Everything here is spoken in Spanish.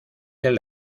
del